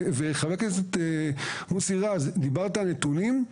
חבר הכנסת מוסי רז, דיברת על נתונים.